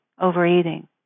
overeating